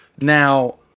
Now